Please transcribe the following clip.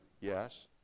Yes